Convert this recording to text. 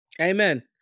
Amen